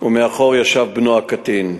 ומאחור ישב בנו הקטין.